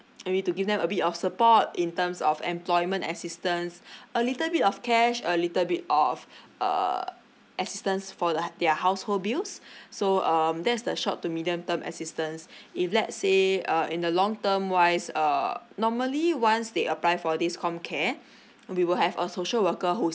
maybe to give them a bit of support in terms of employment assistance a little bit of cash a little bit of err assistance for their household bills so um that's the short to medium term assistance if let's say uh in the long term wise err normally once they apply for this comcare we will have a social worker who's